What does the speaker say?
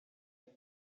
der